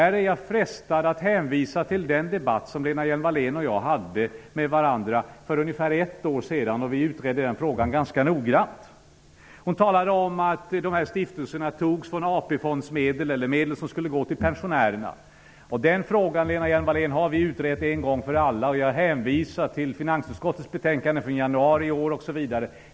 Jag är frestad att hänvisa till den debatt som Lena Hjelm-Wallén och jag hade med varandra för ungefär ett år sedan, då vi utredde frågan ganska noggrant. Hon talade nu om att stiftelserna finansierades med AP-fondsmedel eller medel som skulle gå till pensionärerna. Den frågan, Lena Hjelm-Wallén, har vi utrett en gång för alla. Jag hänvisar till finansutskottets betänkande från januari i år osv.